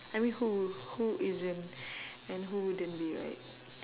I mean who who isn't and who wouldn't be right